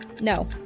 No